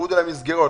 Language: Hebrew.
הורידו להם מסגרות.